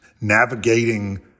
navigating